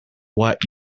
what